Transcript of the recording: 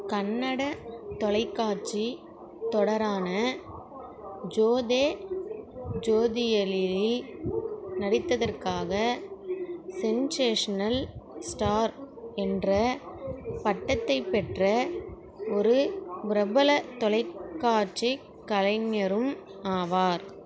கன்னட தொலைக்காட்சி தொடரான ஜோதே ஜோதியலியில் நடித்ததற்காக சென்சேஷனல் ஸ்டார் என்ற பட்டத்தைப் பெற்ற ஒரு பிரபல தொலைக்காட்சிக் கலைஞரும் ஆவார்